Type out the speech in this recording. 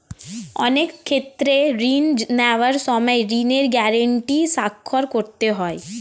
অনেক ক্ষেত্রে ঋণ নেওয়ার সময় ঋণের গ্যারান্টি স্বাক্ষর করতে হয়